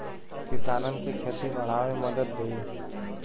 किसानन के खेती बड़ावे मे मदद देई